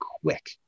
quick